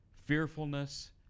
fearfulness